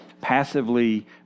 passively